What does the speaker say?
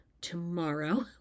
tomorrow